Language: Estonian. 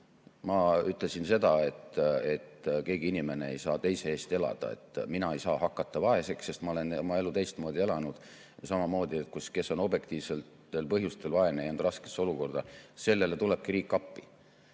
Ma ütlesin seda, et keegi ei saa teise eest elada. Mina ei saa hakata vaeseks, sest ma olen oma elu teistmoodi elanud. Samamoodi, kes on objektiivsetel põhjustel vaene ja jäänud raskesse olukorda, sellele tulebki riik appi.